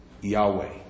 Yahweh